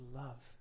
love